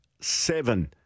seven